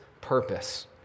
purpose